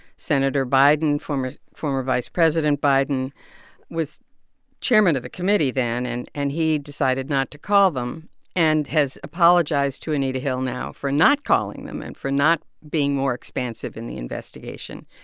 senator biden, former former vice president biden was chairman of the committee then and and he decided not to call them and has apologized to anita hill now for not calling them and for not being more expansive in the investigation.